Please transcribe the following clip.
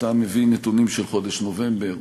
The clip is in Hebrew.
אתה מביא נתונים של חודש נובמבר.